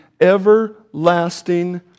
everlasting